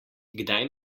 kdaj